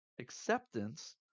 Acceptance